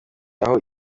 aho